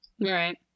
Right